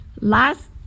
last